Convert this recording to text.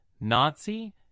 Nazi